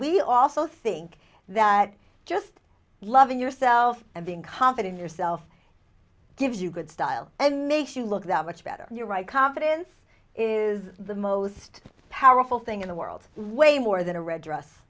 we also think that just loving yourself and being confident yourself gives you good style and makes you look that much better you're right confidence is the most powerful thing in the world way more than a red dress